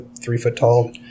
three-foot-tall